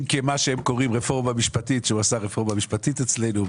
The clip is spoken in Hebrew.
אם כי מה שהם קוראים רפורמה משפטית שהוא עשה רפורמה משפטית אצלנו,